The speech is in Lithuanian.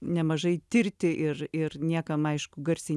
nemažai tirti ir ir niekam aišku garsiai